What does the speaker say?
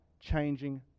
changing